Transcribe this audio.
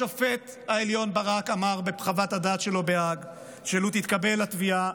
השופט העליון ברק אמר בחוות הדעת שלו בהאג שלו תתקבל התביעה,